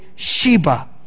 Sheba